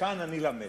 מכאן אני למד.